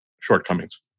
shortcomings